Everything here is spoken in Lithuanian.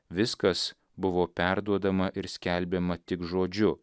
viskas buvo perduodama ir skelbiama tik žodžiu